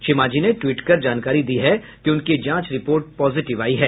श्री मांझी ने ट्वीट कर जानकारी दी कि उनकी जांच रिपोर्ट पॉजिटिव आई है